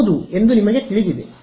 ಹೌದು ಎಂದು ನಿಮಗೆ ತಿಳಿದಿದೆ